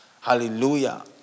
Hallelujah